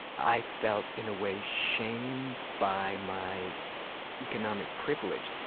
i felt, in a way, shamed by my economic privilege.